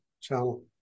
channel